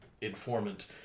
informant